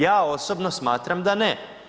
Ja osobno smatram da ne.